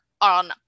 on